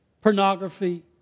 pornography